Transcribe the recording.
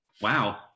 Wow